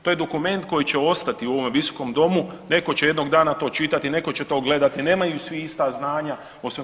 To je dokument koji će ostati u ovome visokom domu, neko će jednog dana to čitati, neko će to gledati, nemaju svi ista znanja o svem tom.